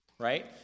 right